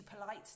polite